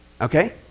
okay